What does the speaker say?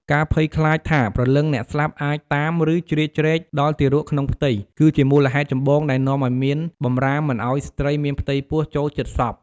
ការភ័យខ្លាចថាព្រលឹងអ្នកស្លាប់អាច តាម ឬជ្រៀតជ្រែក ដល់ទារកក្នុងផ្ទៃ គឺជាមូលហេតុចម្បងដែលនាំឲ្យមានបម្រាមមិនឲ្យស្ត្រីមានផ្ទៃពោះចូលជិតសព។